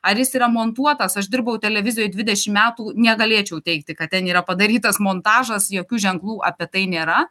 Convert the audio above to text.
ar jis yra montuotas aš dirbau televizijoj dvidešim metų negalėčiau teigti kad ten yra padarytas montažas jokių ženklų apie tai nėra